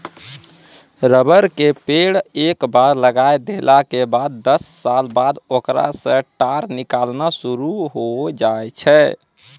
rubber के पेड़ एक बार लगाय देला के बाद दस साल बाद होकरा सॅ टार निकालना शुरू होय जाय छै